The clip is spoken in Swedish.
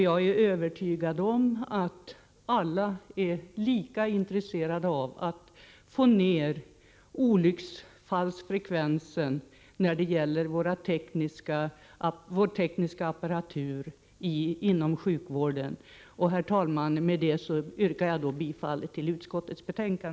Jag är övertygad om att alla är lika intresserade av att få ned olycksfallsfrekvensen vad gäller den tekniska apparaturen inom sjukvården. Herr talman! Med detta yrkar jag bifall till utskottets hemställan.